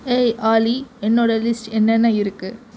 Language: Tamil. ஏய் ஆலி என்னோடய லிஸ்ட் என்னென்ன இருக்குது